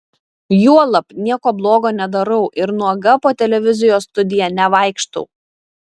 juolab nieko blogo nedarau ir nuoga po televizijos studiją nevaikštau